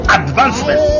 advancement